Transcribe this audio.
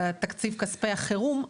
תקציב כספי החירום,